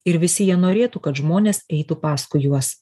ir visi jie norėtų kad žmonės eitų paskui juos